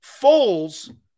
Foles